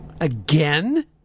again